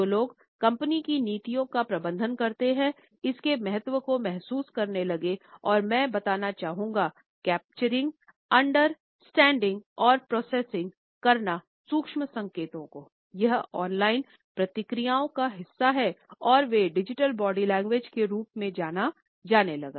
जो लोग कंपनी की नीतियों का प्रबंधन करते हैं इसके महत्व को महसूस करने लगे और मैं बताना चाहूँगा कैप्चरिंग अंडरस्टैंडिंग और प्रोसेसिंग करना सूक्ष्म संकेत को यह ऑनलाइन प्रक्रियाओं का हिस्सा हैं और वे डिजिटल बॉडी लैंग्वेज के रूप में जाना जाने लगा